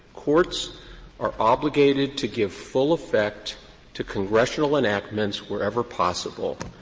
courts are obligated to give full effect to congressional enactments wherever possible.